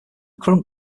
current